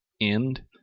end